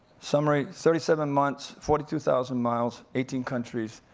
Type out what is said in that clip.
summary, thirty seven months, forty two thousand miles, eighteen countries,